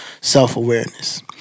self-awareness